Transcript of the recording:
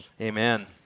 Amen